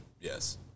yes